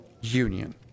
union